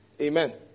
Amen